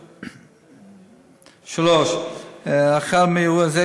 3. החל מאירוע זה,